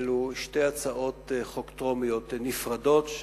אלו שתי הצעות חוק טרומיות נפרדות,